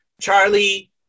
Charlie